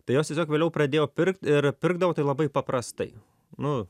tai jos tiesiog vėliau pradėjo pirkt ir pirkdavo tai labai paprastai nu